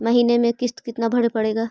महीने में किस्त कितना भरें पड़ेगा?